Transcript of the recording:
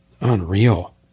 Unreal